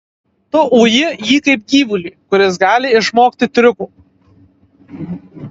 tu uji jį kaip gyvulį kuris gali išmokti triukų